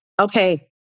okay